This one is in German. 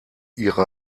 ihre